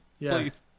please